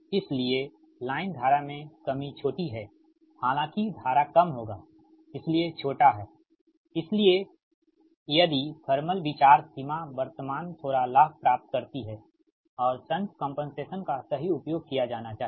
इसलिए लाइन धारा में कमी छोटी है हालांकि धारा कम होगा इसलिए छोटा है इसलिए यदि थर्मल विचार सीमा वर्तमान थोड़ा लाभ प्राप्त करती है और शंट कंपनसेशन का सही उपयोग किया जाना चाहिए